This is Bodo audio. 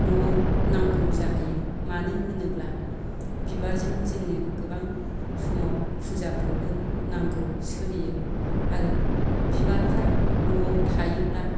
न'आव नांगौ जाहैयो मानो होनोब्ला बिबारजों जोङो गोबां समाव पुजाफ्रावबो नांगौ सोलियो आरो बिबारफ्रा न'आव थायोब्ला